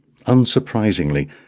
Unsurprisingly